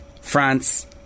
France